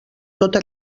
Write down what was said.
tota